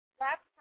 laptop